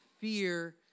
fear